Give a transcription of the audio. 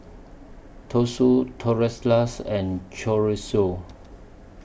Tosui Tortillas and Chorizo